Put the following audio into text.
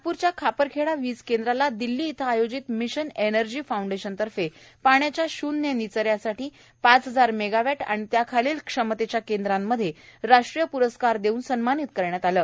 नागपूरच्या खापरखेडा वीज केंद्राला दिल्ली इथं आयोजित मिशन एनर्जी फाऊंडेशनतर्फे पाण्याच्या श्न्य निच यासाठी पाच हजार मेगावॅट आणि त्याखालील क्षमतेच्या केंद्रांमध्ये राष्ट्रीय पारितोषिक देऊन सन्मानित करण्यात आलं आहे